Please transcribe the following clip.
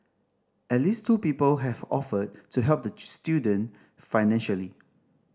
at least two people have offered to help the student financially